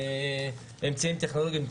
אמצעים טכנולוגים,